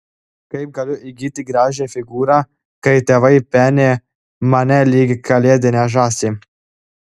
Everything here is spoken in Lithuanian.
kaip galiu įgyti gražią figūrą kai tėvai peni mane lyg kalėdinę žąsį